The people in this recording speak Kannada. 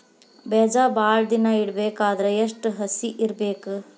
ಬೇಜ ಭಾಳ ದಿನ ಇಡಬೇಕಾದರ ಎಷ್ಟು ಹಸಿ ಇರಬೇಕು?